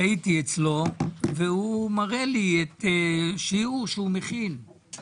הייתי אצלו והוא מראה לי את, שיעור שהוא מכין,